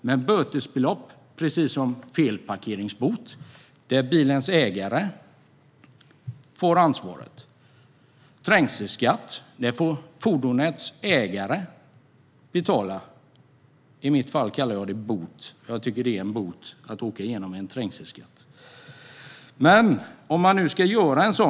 Men fortkörningsböter, precis som parkeringsböter, kan bilens ägare få ansvar för. Trängselskatt är det också fordonets ägare som får betala. I mitt fall vill jag kalla trängselskatten för en bot - jag tycker att det är en bot man får betala när man betalar trängselskatt.